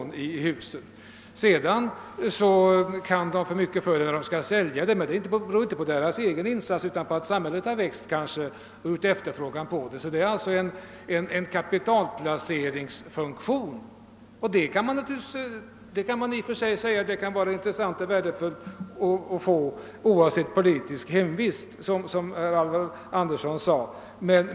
När han slutligen säljer huset får han mera för det, men det beror inte på hans egen insats utan på att samhället har växt och efterfrågan på villor har ändrats. Där rör det sig alltså om en kapitalplacering. Det är naturligtvis värdefullt att få den fördelen oavsett politisk hemvist — som herr Andersson i Knäred uttryckte det.